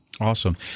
Awesome